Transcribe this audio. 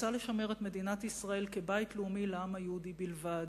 רוצה לשמר את מדינת ישראל כבית לאומי לעם היהודי בלבד,